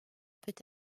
peut